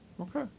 Okay